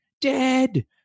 dead